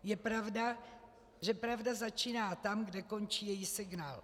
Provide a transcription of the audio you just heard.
Je pravda, že pravda začíná tam, kde končí její signál.